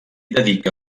dedica